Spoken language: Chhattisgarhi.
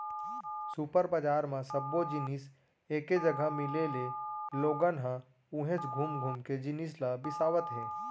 सुपर बजार म सब्बो जिनिस एके जघा मिले ले लोगन ह उहेंच घुम घुम के जिनिस ल बिसावत हे